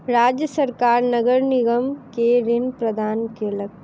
राज्य सरकार नगर निगम के ऋण प्रदान केलक